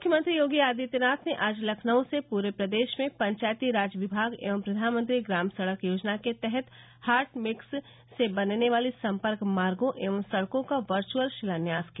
मुख्यमंत्री योगी आदित्यनाथ ने आज लखनऊ से पूरे प्रदेश में पंचायती राज विभाग एवं प्रधानमंत्री ग्राम सड़क योजना के तहत हाट मिक्स से बनने वाले संपर्क मार्गो एवं सड़कों का वर्चअल शिलान्यास किया